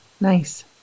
Nice